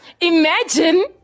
Imagine